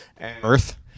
Earth